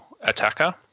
attacker